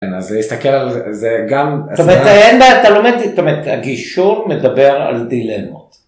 כן, אז להסתכל על זה זה גם... זאת אומרת, אין בעיה, אתה לומד, זאת אומרת, הגישור מדבר על דילמות.